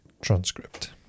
transcript